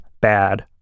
Bad